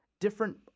different